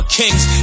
kings